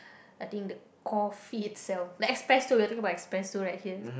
I think the coffee itself like espresso we're talking about espresso right here